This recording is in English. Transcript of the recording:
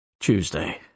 Tuesday